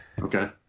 okay